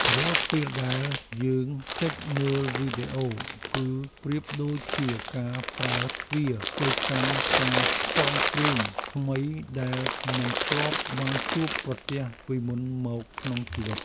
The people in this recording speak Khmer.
រាល់ពេលដែលយើងចុចមើលវីដេអូគឺប្រៀបដូចជាការបើកទ្វារទៅកាន់ការផ្សងព្រេងថ្មីដែលមិនធ្លាប់បានជួបប្រទះពីមុនមកក្នុងជីវិត។